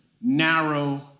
narrow